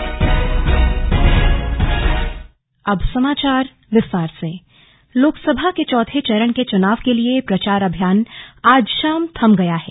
slug Lok Sabha चुनाव लोकसभा के चौथे चरण के चुनाव के लिए प्रचार अभियान आज शाम थम गया है